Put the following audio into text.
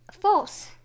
False